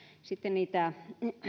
sitten niitä